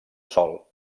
sol